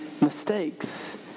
mistakes